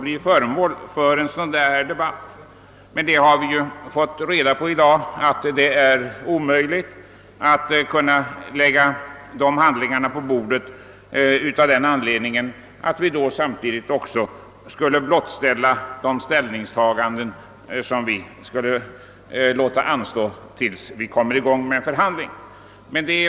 Vi har i dag fått reda på att det är omöjligt för regeringen att lägga de handlingarna på bordet av den anledningen att man då samtidigt skulle avslöja ställningstaganden som inte bör offentliggöras förrän en förhandling påbörjats.